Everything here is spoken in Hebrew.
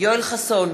יואל חסון,